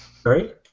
Sorry